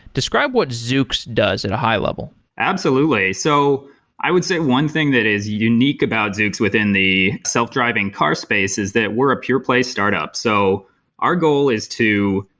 describe what zoox does at a high-level. absolutely. so i would say one thing that is unique about zoox within the self driving car space is that we're pure play startup. so our goal is to,